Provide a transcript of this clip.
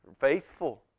Faithful